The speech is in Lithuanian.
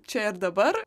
čia ir dabar